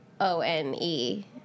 O-N-E